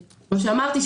כפי שאמרתי,